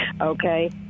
Okay